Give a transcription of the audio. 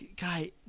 guy